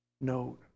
note